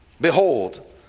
Behold